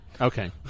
Okay